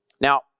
Now